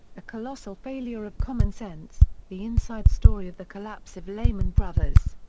a colossal failure of common sense the inside story of the collapse of lehman brothers.